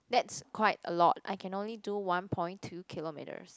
that's quite a lot I can only do one point two kilometers